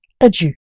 adieu